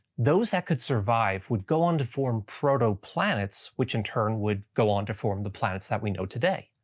those that could survive would go on to form protoplanets which in turn would go on to form the planets that we know today.